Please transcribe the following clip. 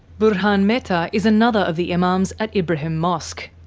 burhaan mehtar is another of the imams at ibrahim mosque.